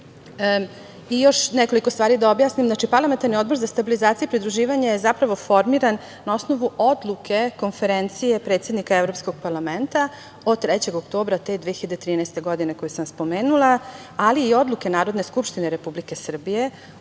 EU.Još nekoliko stvari da objasnim. Znači, parlamentarni Odbor za stabilizaciju i pridruživanje je zapravo formiran na osnovu Odluke konferencije predsednika Evropskog parlamenta od 3. oktobra te 2013. godine, koju sam spomenula, ali i Odluke Narodne skupštine Republike Srbije